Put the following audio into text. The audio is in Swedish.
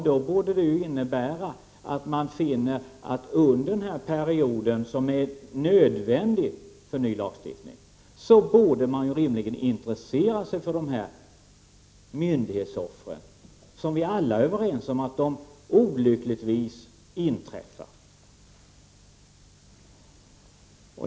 Det borde innebära att man finner att under den period som är nödvändig för ny lagstiftning skall man rimligen intressera sig för de personer som blir offer för myndigheter, vilket vi alla är överens om olyckligtvis inträffar.